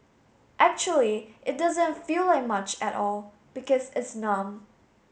actually it doesn't feel like much at all because it's numb